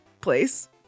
place